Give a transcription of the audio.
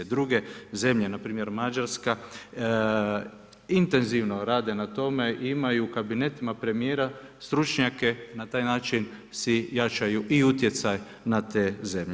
Druge zemlje, npr. Mađarska intenzivno rade na tome, imaju u kabinetima premijera stručnjake, na taj način si jačaju i utjecaj na te zemlje.